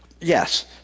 Yes